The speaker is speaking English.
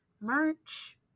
Merch